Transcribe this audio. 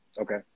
Okay